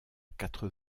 quatre